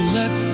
let